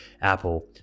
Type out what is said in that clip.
Apple